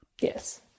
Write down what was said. yes